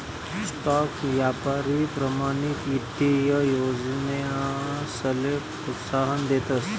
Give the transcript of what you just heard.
stock यापारी प्रमाणित ईत्तीय योजनासले प्रोत्साहन देतस